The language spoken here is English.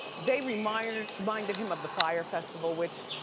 they reminded reminded him of the fyre festival, which